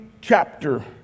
chapter